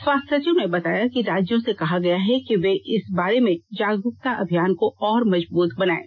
स्वास्थ्य सचिव ने बताया कि राज्यों से कहा गया है कि वे इस बारे में जागरूकता अभियान को और मजबूत बनायें